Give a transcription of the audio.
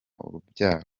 urubyaro